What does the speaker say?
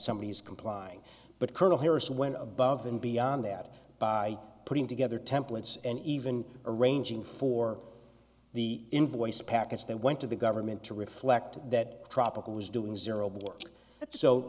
somebody is complying but colonel harris went above and beyond that by putting together templates and even arranging for the invoice packets that went to the government to reflect that tropical was doing zero of work so